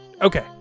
Okay